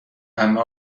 عمه